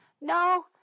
no